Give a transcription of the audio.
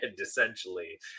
essentially